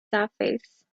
surface